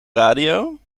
radio